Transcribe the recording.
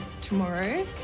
tomorrow